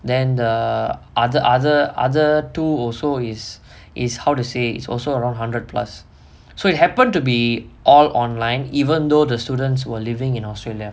then the other other other two also is is how to say is also around hundred plus so it happened to be all online even though the students were living in australia